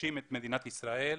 שחשים את מדינת ישראל,